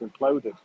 imploded